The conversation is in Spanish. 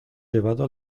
llevado